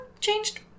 changed